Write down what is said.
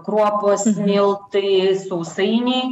kruopos miltai sausainiai